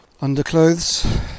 underclothes